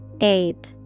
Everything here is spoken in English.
Ape